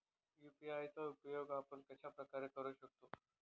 UPI चा उपयोग आपण कशाप्रकारे करु शकतो?